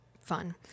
Fun